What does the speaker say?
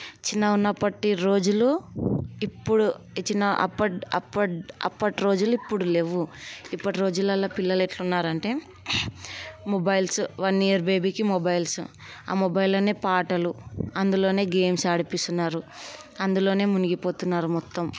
చిన్నగా ఉన్నప్పటి రోజులు ఇప్పుడు ఇచ్చిన అప్పట్ అప్పట్ అప్పటి రోజులు ఇప్పుడు లేవు ఇప్పటి రోజులలో పిల్లలు ఎట్లా ఉన్నారంటే మొబైల్స్ వన్ ఇయర్ బేబీకి మొబైల్స్ ఆ మొబైల్లోనే పాటలు అందులోనే గేమ్స్ ఆడిపిస్తున్నారు అందులోనే మునిగిపోతున్నారు మొత్తం